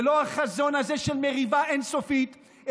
ולא החזון של מריבה אין-סופית,